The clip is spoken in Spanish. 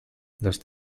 los